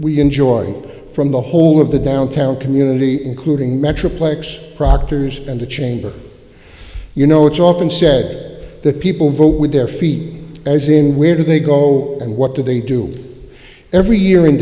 we enjoy from the whole of the downtown community including metroplex proctors and the chamber you know it's often said that people vote with their feet as in where do they go and what do they do every year in